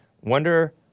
Wonder